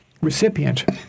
recipient